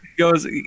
goes